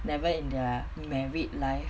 never in their married life